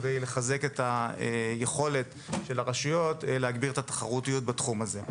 כדי לחזק את היכולת של הרשויות להגביר את התחרותיות בתחום הזה.